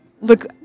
look